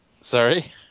sorry